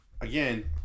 again